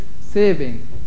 saving